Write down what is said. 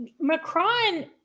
Macron